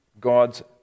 God's